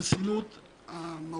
השטח הנושם הזה לעניין של חסינות.